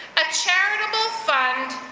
a charitable fund,